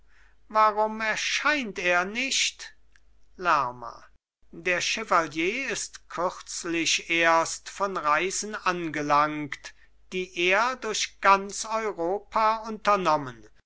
warum erscheint er nicht lerma der chevalier ist kürzlich erst von reisen angelangt die er durch ganz europa unternommen